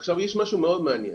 עכשיו, יש משהו מאוד מעניין,